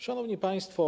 Szanowni Państwo!